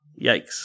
Yikes